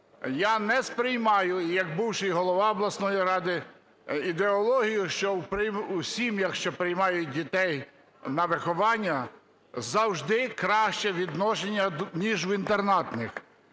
я не сприймаю як бувший голова обласної ради ідеологію, що в сім'ях, що приймають дітей на виховання, завжди краще відношення, ніж в інтернатних.